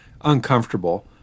uncomfortable